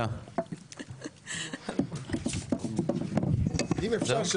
הצבעה בעד, 4 נגד, 6 נמנעים, אין לא אושר.